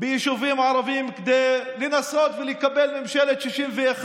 ביישובים ערביים כדי לנסות ולקבל ממשלת 61,